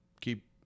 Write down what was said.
keep